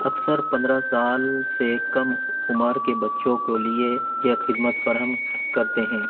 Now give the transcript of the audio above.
اکثر پندرہ سال سے کم عمر کے بچوں کو لیے یہ خدمت فراہم کرتے ہیں